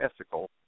ethical